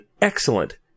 excellent